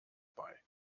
bei